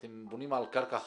אתם בונים על קרקע חקלאית.